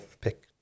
pick